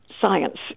science